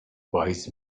wise